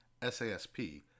SASP